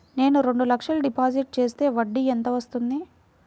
నేను రెండు లక్షల డిపాజిట్ చేస్తే వడ్డీ ఎంత వస్తుంది?